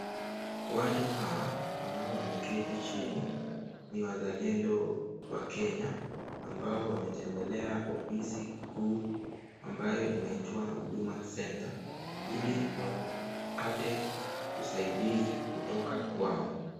Watu hawa, ambao wameketi chini ni wazalendo wa Kenya, ambao wametembelea ofisi kuu ambayo inaitwa Huduma Centre ili wapate usaidizi kutoka kwao.